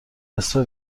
نصفه